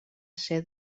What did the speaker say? ser